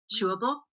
Chewable